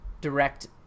direct